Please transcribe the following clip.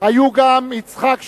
היו גם יצחק שמיר,